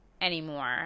anymore